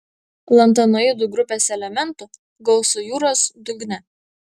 lantanoidų grupės elementų gausu jūros dugne